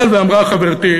אבל, ואמרה חברתי,